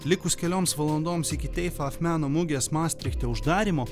likus kelioms valandoms iki teifaf meno mugės mastrichte uždarymo